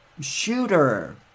shooter